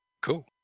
Cool